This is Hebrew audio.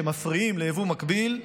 שמפריעים ליבוא מקביל,